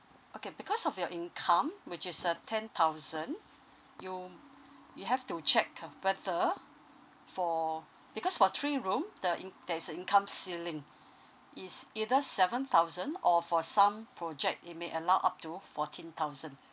okay because of your income which is uh ten thousand you you have to check uh whether for because for three room the in~ there is a income ceiling it's either seven thousand or for some project it may allow up to fourteen thousand